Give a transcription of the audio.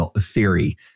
theory